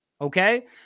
okay